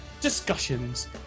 discussions